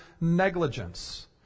negligence